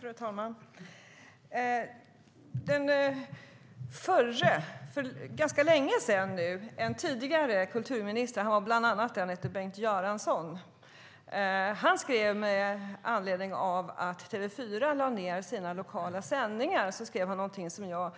Fru talman! För ganska länge sedan fanns det en kulturminister som hette Bengt Göransson, och när TV4 lade ned sina lokala sändningar skrev han någonting som jag